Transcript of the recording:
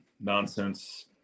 nonsense